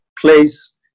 place